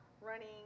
running